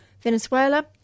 Venezuela